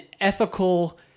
ethical